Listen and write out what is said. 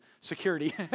security